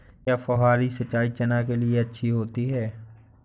क्या फुहारी सिंचाई चना के लिए अच्छी होती है?